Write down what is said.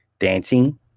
dancing